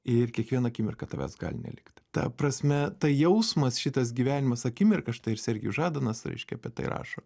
ir kiekvieną akimirką tavęs gali nelikt ta prasme tai jausmas šitas gyvenimas akimirka štai ir sergijus žadanas reiškia apie tai rašo